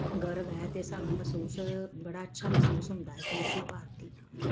ਗਰਵ ਹੈ ਅਤੇ ਸਾਨੂੰ ਮਹਿਸੂਸ ਬੜਾ ਅੱਛਾ ਮਹਿਸੂਸ ਹੁੰਦਾ ਕਿ ਅਸੀਂ ਭਾਰਤੀ ਹਾਂ